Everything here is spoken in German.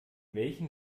welchen